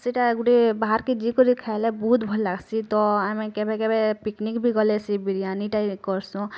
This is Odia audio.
ସେଇଟା ଗୁଟେ ବାହାରକେ ଖାଇଲେ ବହୁତ ଭଲ ଲାଗ୍ସି ତ ଆମେ କେବେକବେ ପିକିନିକ୍ ବି ଗଲେ ସେ ବିରିୟାନୀଟା କରସୋଁ